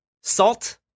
Salt